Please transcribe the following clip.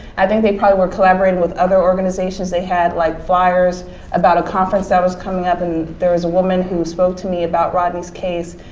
i think they probably were collaborating with other organizations they had like flyers about a conference that was coming up and there was a woman who spoke to me about rodney's case.